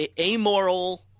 amoral